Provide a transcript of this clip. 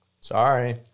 Sorry